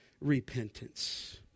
repentance